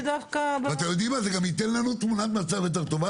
זה גם ייתן לנו תמונת מצב יותר טובה.